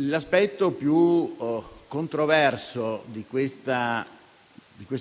L'aspetto più controverso di questo